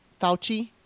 Fauci